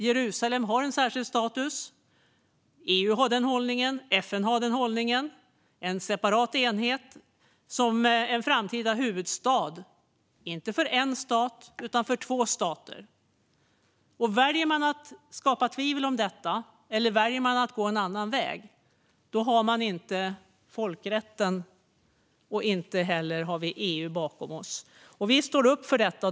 Jerusalem har en särskild status - både EU och FN har den hållningen - som en separat enhet och som en framtida huvudstad för inte en utan två stater. Väljer man att skapa tvivel om detta, eller att gå en annan väg, har man varken folkrätten eller EU bakom sig. Vi står upp för detta.